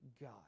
God